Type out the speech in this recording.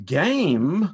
game